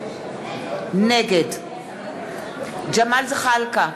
נגד ג'מאל זחאלקה,